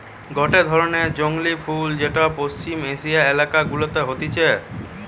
গটে ধরণের জংলী ফুল যেটা পশ্চিম এশিয়ার এলাকা গুলাতে হতিছে